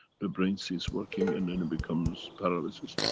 the brain cease working and then it becomes paralysis.